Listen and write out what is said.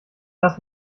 das